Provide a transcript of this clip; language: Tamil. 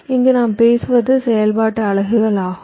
இங்கு நாம் பேசுவது செயல்பாட்டு அலகுகள் ஆகும்